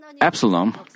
Absalom